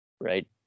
right